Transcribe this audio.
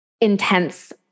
intense